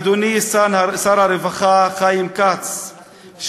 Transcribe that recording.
אדוני שר הרווחה חיים כץ,